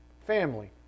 Family